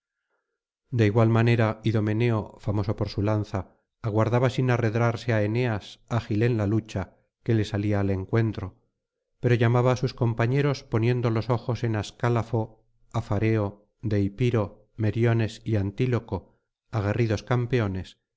de igual manera idomeneo famoso por su lanza aguardaba sin arredrarse á eneas ágil en la lucha que le salía al encuentro pero llamaba á sus compañeros poniendo los ojos en ascálafo afareo deipiro meriones y anfíloco aguerridos campeones